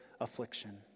affliction